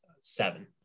seven